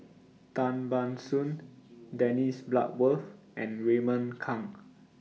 Tan Ban Soon Dennis Bloodworth and Raymond Kang